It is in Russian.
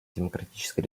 демократической